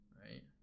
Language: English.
right